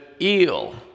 eel